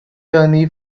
journey